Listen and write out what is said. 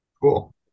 cool